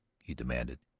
he demanded.